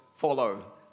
Follow